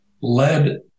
led